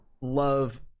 love